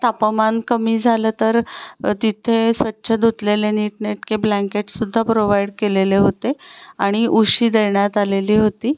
तापमान कमी झालं तर तिथे स्वच्छ धुतलेले नीटनेटके ब्लँकेटसुद्धा प्रोवाईड केलेले होते आणि उशी देण्यात आलेली होती